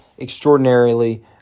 extraordinarily